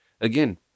again